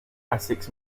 essex